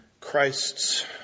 Christ's